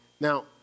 Now